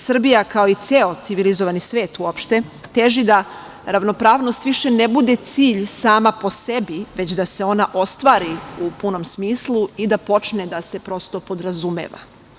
Srbija kao i ceo civilizovani svet uopšte teži da ravnopravnost više ne bude cilj sama po sebi, već da se ona ostvari u punom smislu i da počne da se podrazumeva.